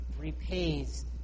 repays